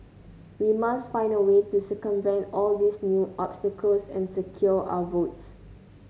we must find a way to circumvent all these new obstacles and secure our votes